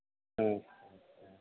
হ্যাঁ